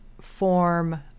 form